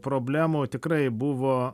problemų tikrai buvo